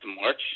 March